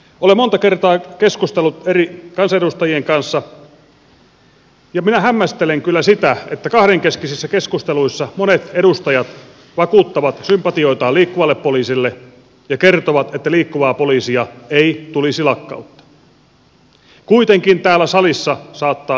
olen monta kertaa keskustellut eri kansanedustajien kanssa ja minä hämmästelen kyllä sitä että kahdenkeskisissä keskusteluissa monet edustajat vakuuttavat sympatioitaan liikkuvalle poliisille ja kertovat että liikkuvaa poliisia ei tulisi lakkauttaa kuitenkin täällä salissa saattaa mielipide muuttua